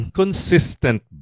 consistent